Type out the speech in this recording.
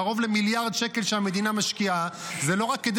קרוב למיליארד שקל שהמדינה משקיעה זה לא רק כדי